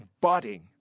budding